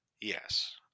Yes